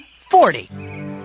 forty